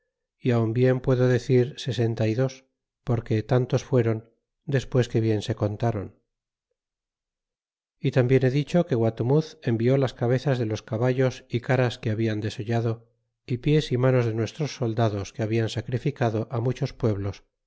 aun bien puedo decir sesenta y dos porque tantos fuéron despues que bien se contáron y tambien he dicho que guater envió las cabezas de los caballos y caras que hablan desollado y pies y manos de nuestros soldados que hablan sacrificado á muchos pueblos